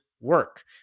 work